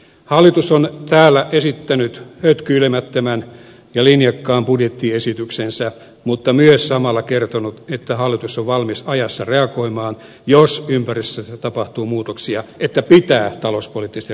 hallitus on täällä esittänyt hötkyilemättömän ja linjakkaan budjettiesityksensä mutta myös samalla kertonut että hallitus on valmis ajassa reagoimaan jos ympäristössä tapahtuu muutoksia että pitää talouspoliittisesti reagoida